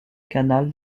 canal